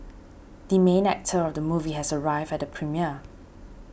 the main actor of the movie has arrived at the premiere